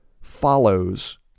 follows